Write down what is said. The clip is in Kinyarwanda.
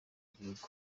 gihugu